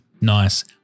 nice